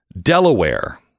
Delaware